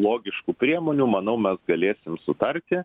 logiškų priemonių manau mes galėsim sutarti